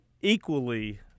equally